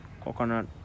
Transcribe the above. coconut